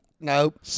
Nope